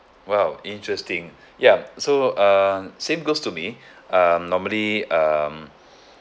!wow! interesting ya so uh same goes to me uh normally um